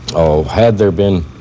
had there been,